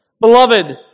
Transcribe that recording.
Beloved